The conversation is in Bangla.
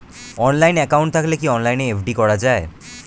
অনলাইন একাউন্ট থাকলে কি অনলাইনে এফ.ডি করা যায়?